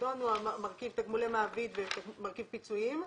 הפיקדון הוא מרכיב תגמולי מעביד ומרכיב פיצויים,